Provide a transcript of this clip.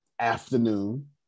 afternoon